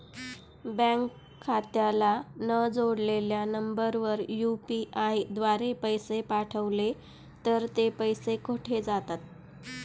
Bank खात्याला न जोडलेल्या नंबरवर यु.पी.आय द्वारे पैसे पाठवले तर ते पैसे कुठे जातात?